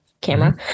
camera